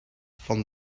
van